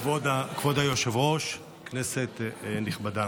כבוד היושב-ראש, כנסת נכבדה,